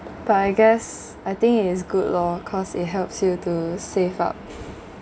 but I guess I think it is good lor cause it helps you to save up